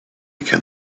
can